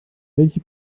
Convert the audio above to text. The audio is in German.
welche